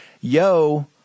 Yo